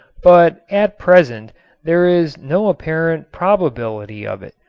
but at present there is no apparent probability of it.